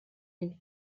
guinea